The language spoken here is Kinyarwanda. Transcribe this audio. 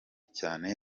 cyane